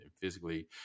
physically